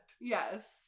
Yes